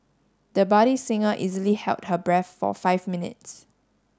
the budding singer easily held her breath for five minutes